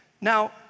Now